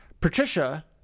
Patricia